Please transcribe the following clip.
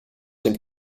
dem